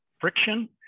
friction